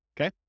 okay